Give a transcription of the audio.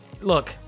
look